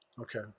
Okay